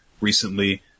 recently